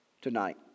tonight